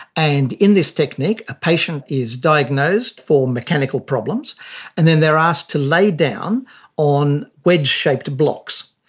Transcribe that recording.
and in this technique a patient is diagnosed for mechanical problems and then they are asked to lie down on wedge shaped blocks,